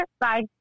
bye